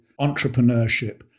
entrepreneurship